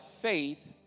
faith